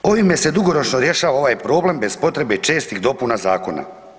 Ovime se dugoročno rješava ovaj problem, bez potrebe čestih dopuna zakona.